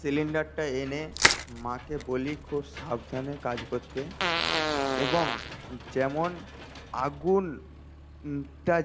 সিলিন্ডারটা এনে মাকে বলি খুব সাবধানে কাজ করতে এবং যেমন আগুনটা